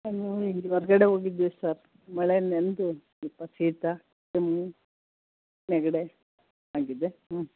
sir ನಾವು ಇಲ್ಲಿ ಹೊರಗಡೆ ಹೋಗಿದ್ವಿ ಸರ್ ಮಳೆಲಿ ನೆನೆದು ಸ್ವಲ್ಪ ಶೀತ ಕೆಮ್ಮು ನೆಗಡೆ ಆಗಿದೆ ಹ್ಞೂ